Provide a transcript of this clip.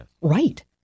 right